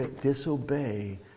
disobey